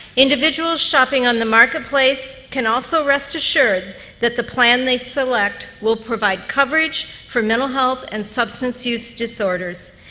individuals shopping on the marketplace can also rest assured that the plan they select will provide coverage for mental health and substance use disorders,